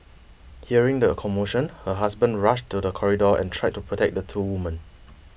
hearing the commotion her husband rushed to the corridor and tried to protect the two woman